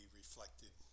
reflected